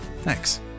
Thanks